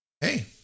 Hey